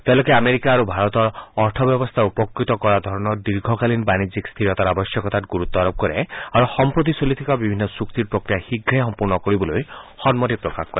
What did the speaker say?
তেওঁলোকে আমেৰিকা আৰু ভাৰতৰ অৰ্থব্যৱস্থা উপকৃত কৰা ধৰণৰ দীৰ্ঘকালীন বাণিজ্যিক স্থিৰতাৰ আৱশ্যকতাত গুৰুত্ব আৰোপ কৰে আৰু সম্প্ৰতি চলি থকা বিভিন্ন চুক্তিৰ প্ৰক্ৰিয়া শীঘে সম্পূৰ্ণ কৰিবলৈ সন্মতি প্ৰকাশ কৰে